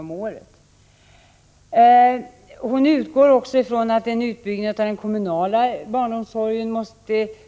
Ingegerd Troedsson utgår också från att en utbyggnad av den kommunala barnomsorgen